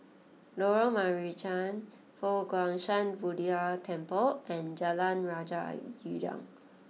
Lorong Marican Fo Guang Shan Buddha Temple and Jalan Raja Udang